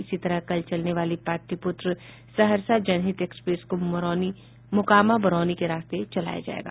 इसी तरह कल चलने वाली पाटलिपुत्र सहरसा जनहित एक्सप्रेस को मोकामा बरौनी के रास्ते चलाया जाएगा